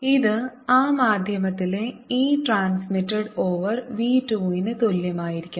ഇത് ആ മാധ്യമത്തിലെ e ട്രാൻസ്മിറ്റഡ് ഓവർ v 2 ന് തുല്യമായിരിക്കണം